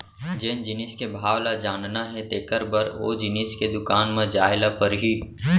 जेन जिनिस के भाव ल जानना हे तेकर बर ओ जिनिस के दुकान म जाय ल परही